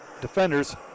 Defenders